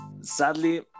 Sadly